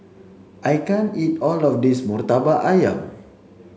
I can't eat all of this Murtabak Ayam